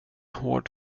hård